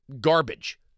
garbage